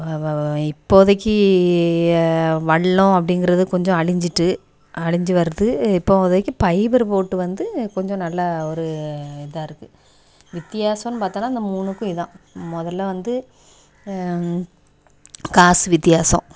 இப்போதைக்கு வல்லம் அப்படிங்கிறது கொஞ்சம் அழிஞ்சிட்டு அழிஞ்சி வருது இப்போதைக்கு பைபரு போட்டு வந்து கொஞ்சம் நல்லா ஒரு இதாக இருக்குது வித்தியாசம்னு பார்த்தோம்னா இந்த மூணுக்கும் இதான் முதல்ல வந்து காசு வித்தியாசம்